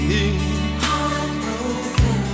Heartbroken